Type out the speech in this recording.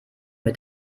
mit